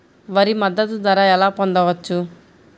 వరి మద్దతు ధర ఎలా పొందవచ్చు?